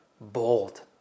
bold